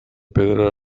pedra